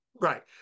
Right